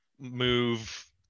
move